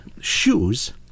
shoes